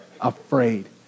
afraid